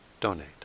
donate